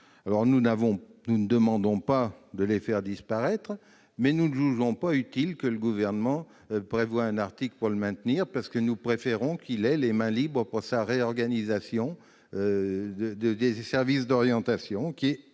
Nous ne demandons pas de les faire disparaître, mais nous ne jugeons pas utile que le Gouvernement prévoie un article pour les maintenir. Nous préférons qu'il ait les mains libres pour sa réorganisation des services d'orientation, laquelle est absolument